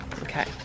Okay